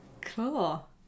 Cool